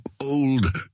old